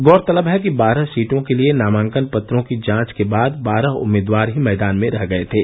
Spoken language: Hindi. गौरतलब है कि बारह सीटों के लिए नामांकन पत्रों की जांच के बाद बारह उम्मीदवार ही मैदान में रह गये थे